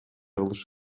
кылыш